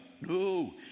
No